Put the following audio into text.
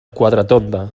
quatretonda